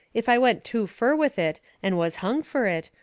if i went too fur with it, and was hung fur it,